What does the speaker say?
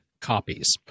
Copies